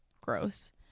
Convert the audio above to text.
gross